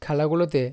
খেলাগুলোতে